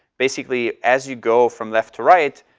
basically, as you go from left to right,